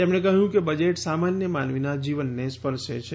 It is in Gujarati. તેમણે કહ્યું કે બજેટ સામાન્ય માનવીનાં જીવનને સ્પર્શે છે